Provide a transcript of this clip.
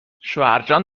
شوهرجان